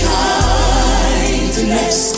kindness